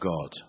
God